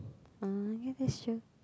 oh ya that's true